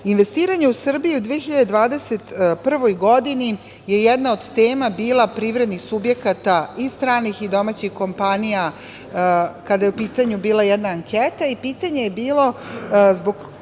fabrika. Investiranje u Srbiju u 2021. godini je bila jedna od tema privrednih subjekata i stranih i domaćih kompanija, kada je u pitanju bila jedna anketa. Pitanje je bilo –